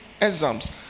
exams